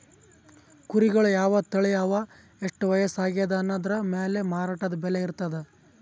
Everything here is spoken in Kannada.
ಕುರಿಗಳ್ ಯಾವ್ ತಳಿ ಅವಾ ಎಷ್ಟ್ ವಯಸ್ಸ್ ಆಗ್ಯಾದ್ ಅನದ್ರ್ ಮ್ಯಾಲ್ ಮಾರಾಟದ್ ಬೆಲೆ ಇರ್ತದ್